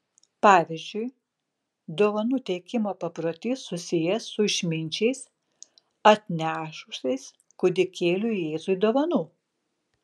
pavyzdžiui dovanų teikimo paprotys susijęs su išminčiais atnešusiais kūdikėliui jėzui dovanų